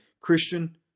Christian